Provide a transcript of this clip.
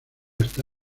está